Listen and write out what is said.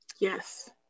Yes